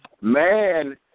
man